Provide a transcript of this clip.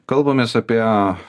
kalbamės apie